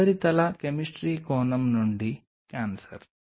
ఉపరితల కెమిస్ట్రీ కోణం నుండి క్యాన్సర్